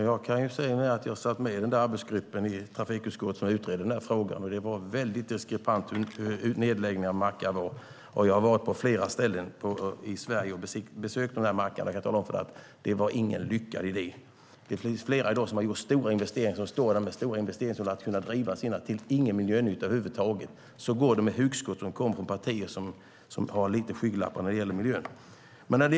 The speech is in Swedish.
Herr talman! Jag kan säga att jag satt med i den arbetsgrupp i trafikutskottet som utredde den frågan. Det var väldigt diskrepant hur nedläggningen av mackar var. Jag har varit på flera ställen i Sverige och besökt mackar och kan tala om för dig att det inte var någon lyckad idé. Det finns flera som har gjort stora investeringar men inte har kunnat driva sina mackar, och det inte har blivit någon miljönytta över huvud taget. Så går det med hugskott som kommer från partier som har lite skygglappar när det gäller miljön.